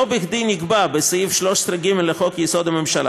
לא בכדי נקבע בסעיף 13ג לחוק-יסוד: הממשלה